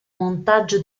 montaggio